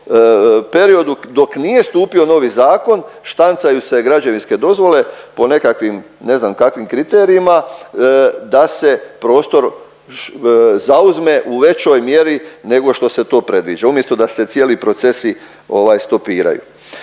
periodu dok nije stupio novi zakon, štancaju se građevinske dozvole po nekakvim ne znam kakvim kriterijima, da se prostor zauzme u većoj mjeri nego što se to predviđa, umjesto da se cijeli procesi ovaj, stopiraju.